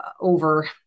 over